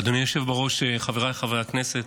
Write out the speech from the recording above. אדוני היושב-ראש, חבריי חברי הכנסת,